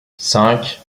cinq